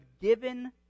given